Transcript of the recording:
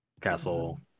Castle